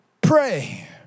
pray